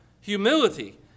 humility